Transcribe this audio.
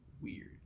weird